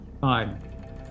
Fine